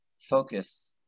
focus